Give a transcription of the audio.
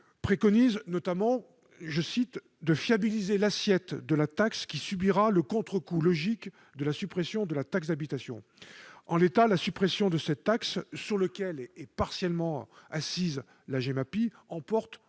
préconise de « fiabiliser l'assiette de la taxe, qui subira le contrecoup logique de la suppression de la taxe d'habitation ». En l'état, la suppression de cette taxe, sur laquelle est partiellement assise la Gemapi, emporte